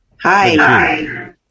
Hi